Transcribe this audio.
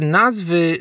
nazwy